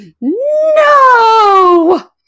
no